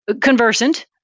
conversant